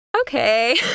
Okay